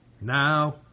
Now